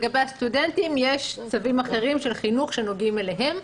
לגבי הסטודנטים יש צווים אחרים של החינוך שנוגעים אליהם.